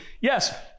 Yes